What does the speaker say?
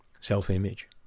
self-image